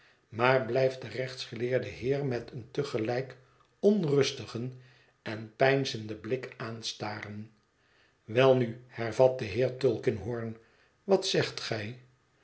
maar blijft den rechtsgeleerden heer met een te gelijk onrustigen en peinzenden blik aanstaren welnu hervat de heer tulkinghorn wat zegt gij